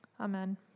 Amen